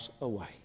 away